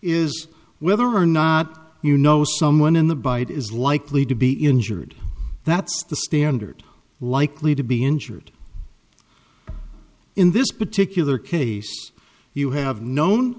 is whether or not you know someone in the bite is likely to be injured that's the standard likely to be injured in this particular case you have known